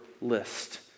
list